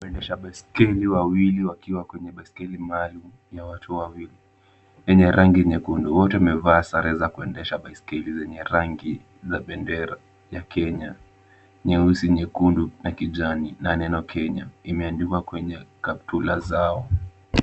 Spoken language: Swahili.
Waendesha baiskeli wawili wakiwa kwenye baiskeli maalum ya watu wawili yenye rangi nyekundu, wote wamevaa sare za kuendesha baiskeli zenye rangi za bendera ya Kenya, nyeusi, nyekundu na kijani na neno Kenya imeandikwa kwenye kaptura zao.